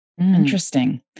Interesting